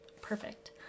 perfect